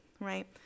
right